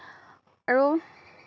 আৰু